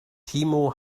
timo